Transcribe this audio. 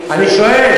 אני שואל.